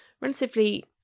relatively